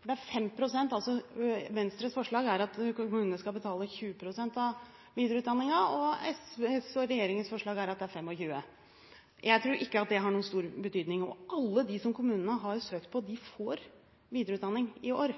Det er 5 pst. forskjell: Venstres forslag er at kommunene skal betale 20 pst. av videreutdanningen, og SV og regjeringens forslag er at det er 25 pst. Jeg tror ikke at det har noen stor betydning. Alle de som kommunene har søkt for, får videreutdanning i år.